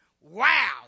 wow